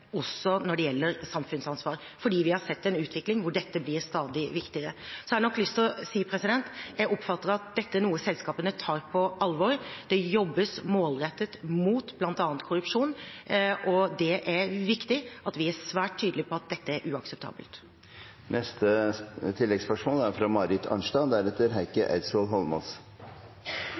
også når det gjelder samfunnsansvar, for vi har sett en utvikling hvor dette blir stadig viktigere. Så har jeg lyst til å si at jeg oppfatter at dette er noe selskapene tar på alvor. Det jobbes målrettet mot bl.a. korrupsjon, og det er viktig at vi er svært tydelig på at dette er uakseptabelt.